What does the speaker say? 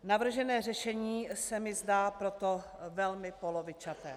Navržené řešení se mi zdá proto velmi polovičaté.